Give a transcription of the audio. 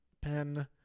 Pen